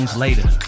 later